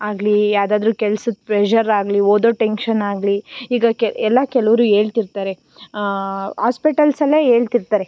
ಆಗಲೀ ಯಾವ್ದಾದರೂ ಕೆಲ್ಸದ ಪ್ರೆಶರ್ ಆಗಲೀ ಓದೋ ಟೆಂಕ್ಷನ್ ಆಗಲೀ ಈಗ ಕೆ ಎಲ್ಲ ಕೆಲವರು ಹೇಳ್ತಿರ್ತಾರೆ ಹಾಸ್ಪೆಟಲ್ಸಲ್ಲೇ ಹೇಳ್ತಿರ್ತಾರೆ